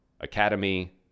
Academy